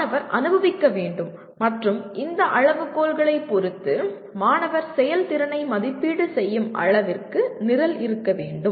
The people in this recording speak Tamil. மாணவர் அனுபவிக்க வேண்டும் மற்றும் இந்த அளவுகோல்களைப் பொறுத்து மாணவர் செயல்திறனை மதிப்பீடு செய்யும் அளவிற்கு நிரல் இருக்க வேண்டும்